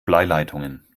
bleileitungen